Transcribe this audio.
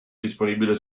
disponibile